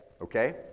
Okay